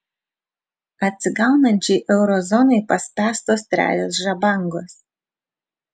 atsigaunančiai euro zonai paspęstos trejos žabangos